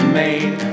made